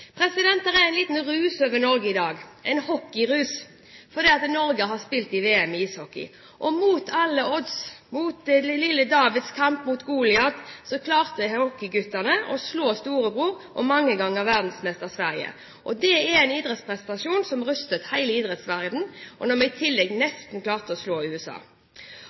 er en liten rus over Norge i dag – en hockeyrus. Norge har spilt i VM i ishockey, og mot alle odds – lille Davids kamp mot Goliat – klarte hockeyguttene å slå storebror og mange ganger verdensmester Sverige. Det er en idrettsprestasjon som rystet hele idrettsverdenen – og vi klarte i tillegg nesten å slå USA.